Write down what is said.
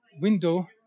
window